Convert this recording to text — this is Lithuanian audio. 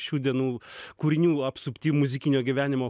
šių dienų kūrinių apsupty muzikinio gyvenimo